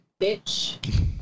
bitch